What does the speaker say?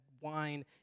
wine